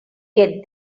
get